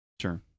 Sure